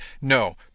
No